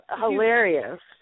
hilarious